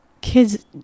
Kids